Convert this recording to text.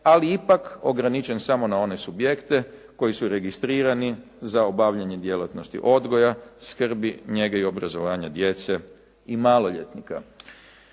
ali ipak ograničen samo na one subjekte koji su registrirani za obavljanje djelatnosti odgoja, skrbi, njege i obrazovanja djece i maloljetnika.